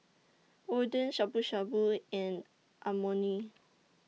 Oden Shabu Shabu and Amoni